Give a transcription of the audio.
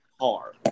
car